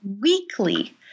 weekly